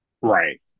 Right